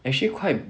actually quite